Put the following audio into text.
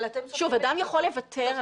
שוב, אדם יכול לוותר על זכותו.